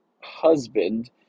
husband